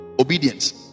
obedience